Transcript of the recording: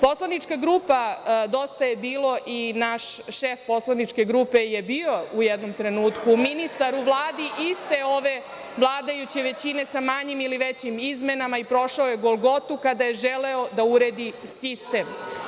Poslanička grupa DJB i naš šef poslaničke grupe je bio u jednom trenutku ministar u Vladi iste ove vladajuće većine sa manjim ili većim izmenama i prošao je golgotu kada je želeo da uredi sistem.